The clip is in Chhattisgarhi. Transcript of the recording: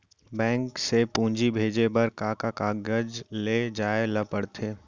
बैंक से पूंजी भेजे बर का का कागज ले जाये ल पड़थे?